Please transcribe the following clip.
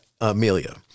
Amelia